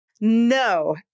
no